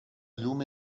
llum